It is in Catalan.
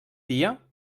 dia